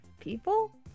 people